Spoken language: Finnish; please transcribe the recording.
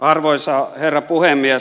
arvoisa herra puhemies